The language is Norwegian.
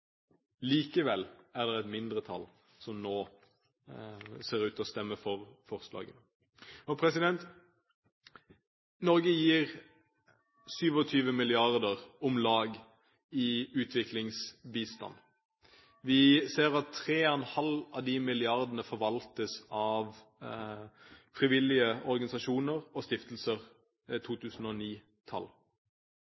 Likevel er det et mindretall som nå ser ut til å stemme for forslaget. Norge gir om lag 27 mrd. kr i utviklingsbistand. Vi ser at 3,5 av de milliardene forvaltes av frivillige organisasjoner og stiftelser.